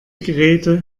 geräte